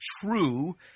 true